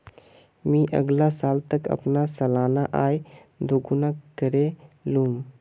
मी अगला साल तक अपना सालाना आय दो गुना करे लूम